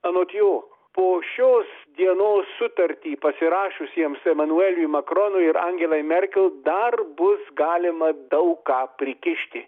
anot jo po šios dienos sutartį pasirašiusiems emanueliui makronui ir angelai merkel dar bus galima daug ką prikišti